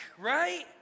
right